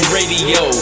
Radio